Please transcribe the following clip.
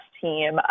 team